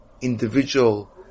individual